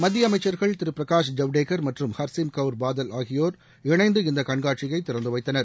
மத்திய அமைச்சர்கள் திரு பிரகாஷ் ஜவ்டேகர் மற்றும் ஹர்சிம் கவுர் பாதல் ஆகியோர் இணைந்து இந்த கண்காட்சியை திறந்து வைத்தனர்